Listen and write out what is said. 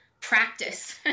practice